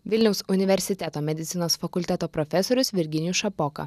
vilniaus universiteto medicinos fakulteto profesorius virginijus šapoka